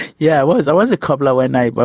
yeah was. i was a cobbler when i. but